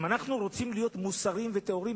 אם אנחנו רוצים להיות מוסריים וטהורים,